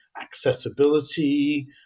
accessibility